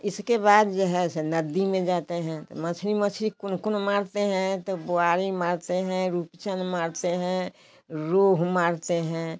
इसके बाद जो है से नदी में जाते हैं तो मछली मछली कौन कौन मारते हैं तो बुआरी मारते हैं रुचन मारते हैं रोहू मारते हैं